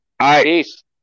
peace